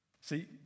See